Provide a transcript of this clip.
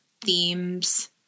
themes